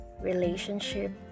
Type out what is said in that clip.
relationship